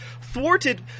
Thwarted